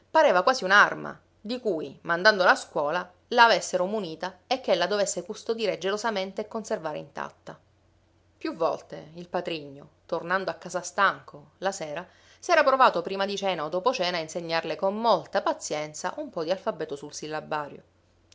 pareva quasi un'arma di cui mandandola a scuola la avessero munita e che ella dovesse custodire gelosamente e conservare intatta più volte il patrigno tornando a casa stanco la sera s'era provato prima di cena o dopo cena a insegnarle con molta pazienza un po di alfabeto sul sillabario